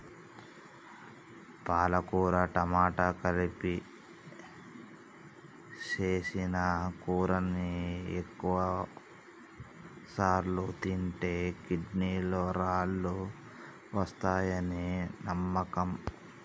పాలకుర టమాట కలిపి సేసిన కూరని ఎక్కువసార్లు తింటే కిడ్నీలలో రాళ్ళు వస్తాయని నమ్మకం